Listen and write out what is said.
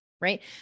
right